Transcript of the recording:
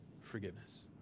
forgiveness